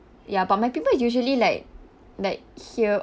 ya but my pimple is usually like like here